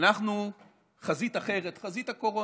היא בחזית אחרת, חזית הקורונה.